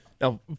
Now